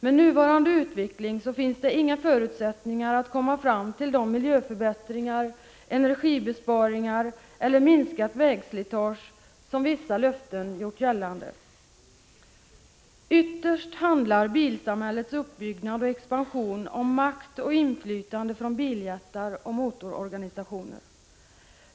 Med nuvarande utveckling finns det inga förutsättningar att uppnå de miljöförbättringar och energibesparingar eller det minskade vägslitage som vissa löften förutskickat. Ytterst handlar bilsamhällets uppbyggnad och expansion om makt och inflytande för biljättar och motororganisationer.